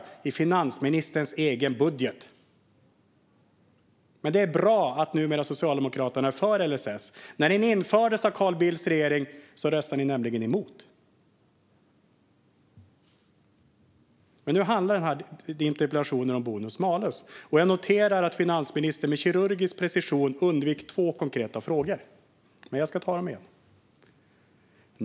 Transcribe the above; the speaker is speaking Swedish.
Det står i finansministerns egen budget! Det är bra att Socialdemokraterna numera är för LSS. När den infördes av Carl Bildts regering röstade de nämligen emot den. Nu handlar dock interpellationen om bonus malus. Jag noterar att finansministern med kirurgisk precision undvek ett par konkreta frågor, men jag tar dem igen.